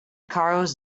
carlos